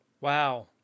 Wow